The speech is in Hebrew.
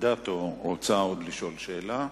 אדטו רוצה לשאול שאלה.